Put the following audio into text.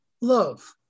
Love